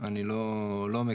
אני לא מכיר.